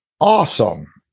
Awesome